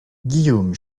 guillaume